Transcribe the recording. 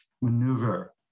maneuver